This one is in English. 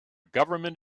government